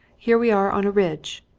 here we are on a ridge.